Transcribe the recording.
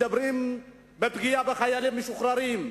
מדברים על פגיעה בחיילים משוחררים,